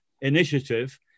initiative